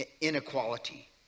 inequality